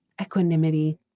equanimity